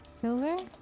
Silver